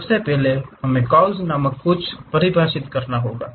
सबसे पहले हमें कर्व्स नामक कुछ को परिभाषित करना होगा